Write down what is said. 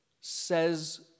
says